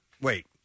Wait